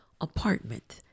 apartment